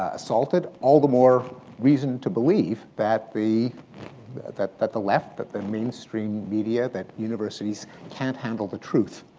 assaulted, all the more reason to believe that the that that the left, that the mainstream media, that universities can't handle the truth.